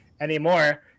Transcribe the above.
anymore